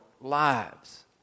lives